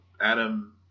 Adam